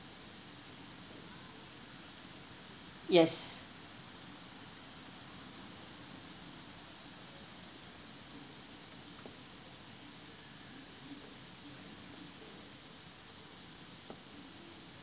yes